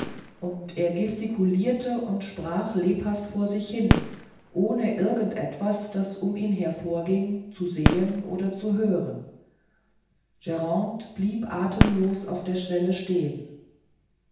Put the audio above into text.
und er gesticulirte und sprach lebhaft vor sich hin ohne irgend etwas das um ihn her vorging zu sehen oder zu hören grande blieb athemlos auf der schwelle stehen